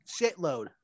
shitload